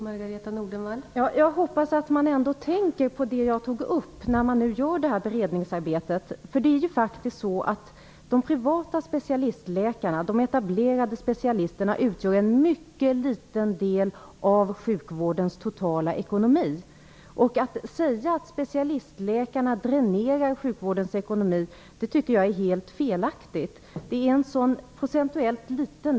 Fru talman! Jag hoppas att man ändå tänker på det som jag tog upp när man nu gör det här beredningsarbetet. Det är ju faktiskt så att de privata specialistläkarna, de etablerade specialisterna, utgör en procentuellt sett mycket liten andel av sjukvårdens totala ekonomi. Att säga att specialistläkarna dränerar sjukvårdens ekonomi är helt felaktigt.